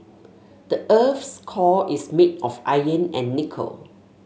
the earth's core is made of iron and nickel